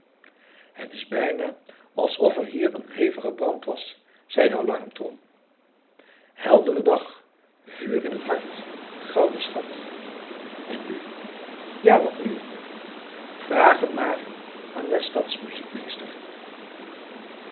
het is bijna alsof er hier een hevige brand was zei de alarmtrom heldere dag vuur in het hart gouden schat en nu ja wat nu vraag het maar aan den stadsmuziekmeester